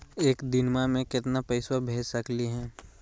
एक दिनवा मे केतना पैसवा भेज सकली हे?